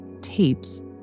tapes